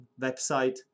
website